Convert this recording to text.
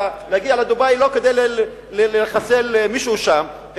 ולהגיע לדובאי לא כדי לחסל מישהו שם,